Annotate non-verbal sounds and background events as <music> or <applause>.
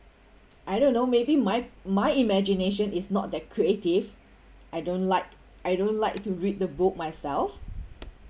I don't know maybe my my imagination is not that creative <breath> I don't like I don't like to read the book myself